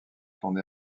tournée